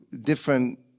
different